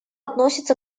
относится